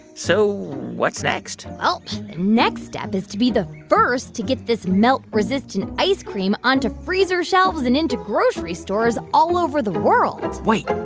so what's next? well, the next step is to be the first to get this melt-resistant ice cream onto freezer shelves and into grocery stores all over the world wait.